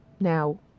now